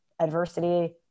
adversity